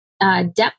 Depth